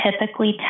typically